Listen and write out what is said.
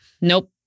Nope